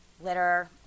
litter